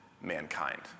mankind